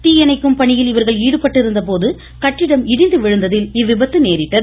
தீயணைக்கும் பணியில் இவர்கள் ஈடுபட்டிருந்தபோது கட்டிடம் இடிந்து விழுந்ததில் இவ்விபத்து நேரிட்டது